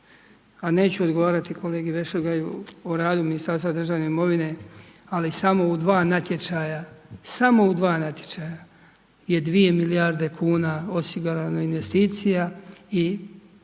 A neću odgovarati kolegi Vešligaju o radu Ministarstva državne imovine, ali samo u 2 natječaja, samo u 2 natječaja je dvije milijarde kuna osigurano investicija i